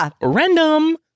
random